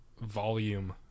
volume